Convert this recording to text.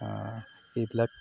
এইবিলাক